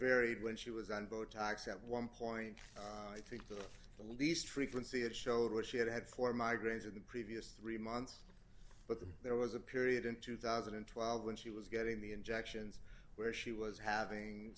varied when she was on botox at one point i think the least frequency it showed was she had four migraines in the previous three months but then there was a period in two thousand and twelve when she was getting the injections where she was having